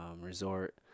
resort